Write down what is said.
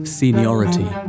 seniority